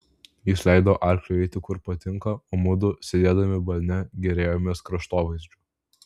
jis leido arkliui eiti kur patinka o mudu sėdėdami balne gėrėjomės kraštovaizdžiu